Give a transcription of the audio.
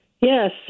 Yes